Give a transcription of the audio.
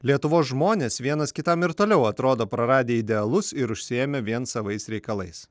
lietuvos žmonės vienas kitam ir toliau atrodo praradę idealus ir užsiėmę vien savais reikalais